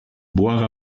boire